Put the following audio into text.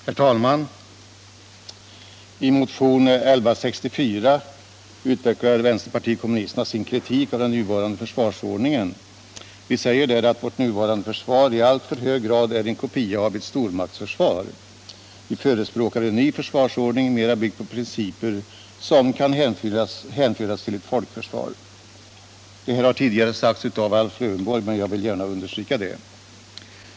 Herr talman! I motionen 1164 utvecklar vänsterpartiet kommunisterna sin kritik av den nuvarande försvårsordningen. Vi säger där att vårt nuvarande försvar i alltför hög grad är en kopia av ett stormaktsförsvar. Vi förespråkar en ny försvarsordning, mera byggd på principer som kan hänföras till ett folkförsvar. Det här har tidigare sagts av Alf Lövenborg, men jag vill gärna understryka det.